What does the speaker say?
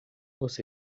você